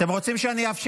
החוצה.